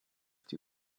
die